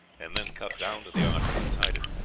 and then cut down to the artery and tied it.